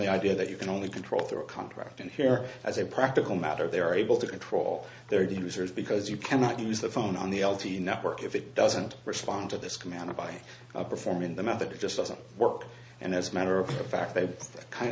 the idea that you can only control through a contract and share as a practical matter they are able to control their users because you cannot use the phone on the l t e network if it doesn't respond to this command by performing the method just doesn't work and as a matter of fact they kind